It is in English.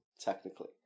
technically